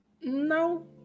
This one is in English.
no